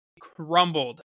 crumbled